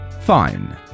Fine